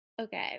Okay